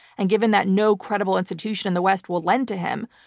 and given that no credible institution in the west will lend to him.